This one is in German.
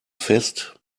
fest